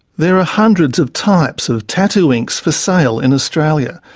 there are hundreds of types of tattoo inks for sale in australia.